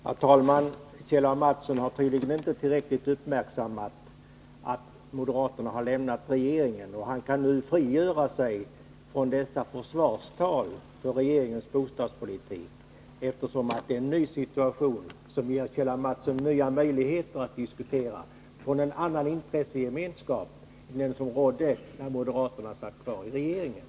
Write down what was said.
Herr talman! Kjell Mattsson har tydligen inte tillräckligt uppmärksammat att moderaterna har lämnat regeringen och att han nu kan frigöra sig från att hålla försvarstal för regeringens bostadspolitik. Det har inträtt en ny situation som ger Kjell Mattsson möjligheter att diskutera utifrån en annan intressegemenskap än den som rådde när moderaterna satt kvar i regeringen.